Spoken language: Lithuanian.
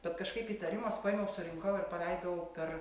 bet kažkaip įtarimas paėmiau surinkau ir paleidau per